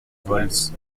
volx